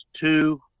two